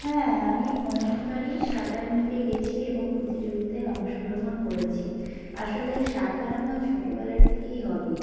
হ্যাঁ আমি অনেকবারই সাঁতার মিটে গিয়েছি এবং প্রতিযোগিতায় অংশগ্রহণ করেছি আসলে সাঁতার আমার ছোটবেলার থেকেই হবি